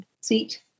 seat